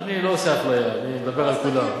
אני לא עושה אפליה, אני מדבר על כולם.